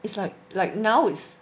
it's like like now is